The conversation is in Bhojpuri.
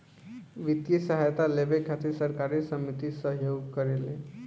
वित्तीय सहायता लेबे खातिर सहकारी समिति सहयोग करेले